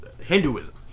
Hinduism